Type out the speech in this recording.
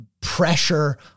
pressure